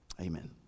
Amen